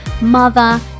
mother